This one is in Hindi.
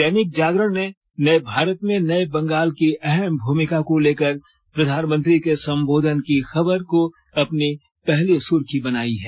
दैनिक जागरण ने नये भारत में नये बंगाल की अहम भूमिका को लेकर प्रधानमंत्री के संबोधन की खबर अपनी पहली सुर्खी बनाई है